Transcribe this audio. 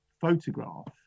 photograph